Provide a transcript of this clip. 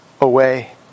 away